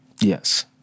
Yes